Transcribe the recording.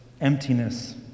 emptiness